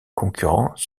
concurrents